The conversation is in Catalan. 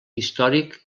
històric